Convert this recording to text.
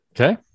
Okay